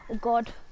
God